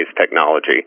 Technology